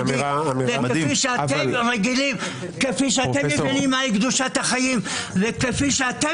כפי שאתם מבינים מה קדושת החיים וכפי שאתם